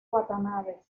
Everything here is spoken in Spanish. watanabe